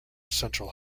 central